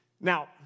Now